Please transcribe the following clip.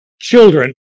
children